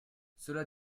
cela